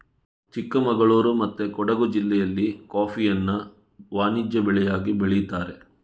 ಚಿಕ್ಕಮಗಳೂರು ಮತ್ತೆ ಕೊಡುಗು ಜಿಲ್ಲೆಯಲ್ಲಿ ಕಾಫಿಯನ್ನ ವಾಣಿಜ್ಯ ಬೆಳೆಯಾಗಿ ಬೆಳೀತಾರೆ